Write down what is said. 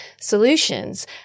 solutions